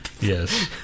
Yes